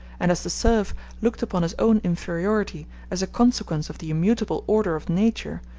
and as the serf looked upon his own inferiority as a consequence of the immutable order of nature,